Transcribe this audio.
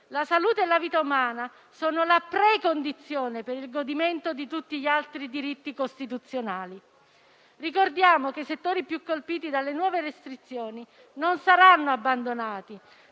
la salute e la vita umana sono la precondizione per il godimento di tutti gli altri diritti costituzionali. Ricordiamo che i settori più colpiti dalle nuove restrizioni non saranno abbandonati: